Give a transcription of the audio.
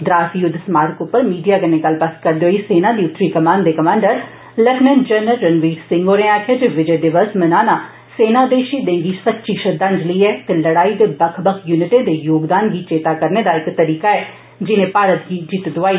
द्रास युद्ध स्मार्क उप्पर मीडिया कन्नै गल्लबात करदे होई सेना दी उत्तरी कमान दे commander lieutenant general Ranveer Singh होरें आक्खेआ जे विजय दिवस मनान सेना दे षहीदें गी सच्ची श्रद्धांजलि ऐ ते लड़ाई दे बक्ख बक्ख युनिटें दे योगदान गी चेता करने दा इक तरीका ऐ जिनें भारत गी जित्त दोआई